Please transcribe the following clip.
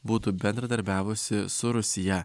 būtų bendradarbiavusi su rusija